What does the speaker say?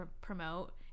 promote